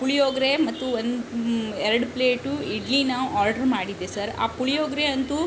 ಪುಳಿಯೋಗರೆ ಮತ್ತು ಒಂದು ಎರಡು ಪ್ಲೇಟು ಇಡ್ಲಿನ ಆರ್ಡ್ರ್ ಮಾಡಿದ್ದೆ ಸರ್ ಆ ಪುಳಿಯೋಗರೆ ಅಂತು